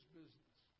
business